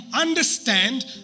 understand